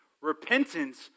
Repentance